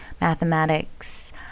mathematics